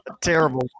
terrible